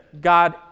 God